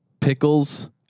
pickles